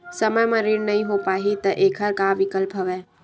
समय म ऋण नइ हो पाहि त एखर का विकल्प हवय?